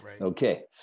Okay